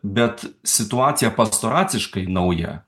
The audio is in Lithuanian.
bet situacija pastoraciškai nauja